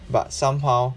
but somehow